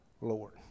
Lord